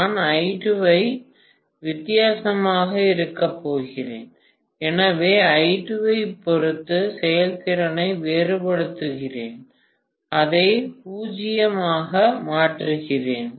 நான் I2 ஐ வித்தியாசமாக இருக்கப் போகிறேன் எனவே I2 ஐப் பொறுத்து செயல்திறனை வேறுபடுத்துகிறேன் அதை 0 ஆக மாற்றுகிறேன்